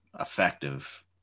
effective